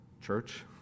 church